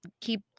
keep